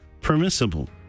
permissible